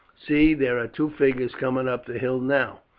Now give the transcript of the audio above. see, there are two figures coming up the hill now.